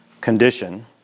condition